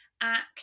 act